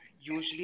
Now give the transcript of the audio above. usually